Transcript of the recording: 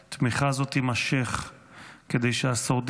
התמיכה הזאת תימשך כדי שהשורדים,